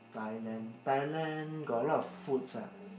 Thailand Thailand got a lot of foods ah